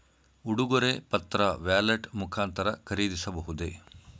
ಉಡುಗೊರೆ ಪತ್ರ ವ್ಯಾಲೆಟ್ ಮುಖಾಂತರ ಖರೀದಿಸಬಹುದೇ?